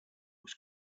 was